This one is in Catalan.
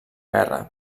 guerra